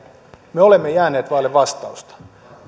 me olemme jääneet vaille vastausta